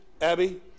Abby